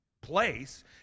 place